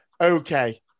Okay